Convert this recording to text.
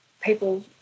people